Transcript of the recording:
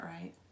right